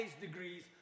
degrees